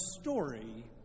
story